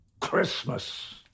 Christmas